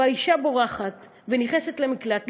והאישה בורחת ונכנסת למקלט,